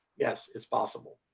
yes, it's possible.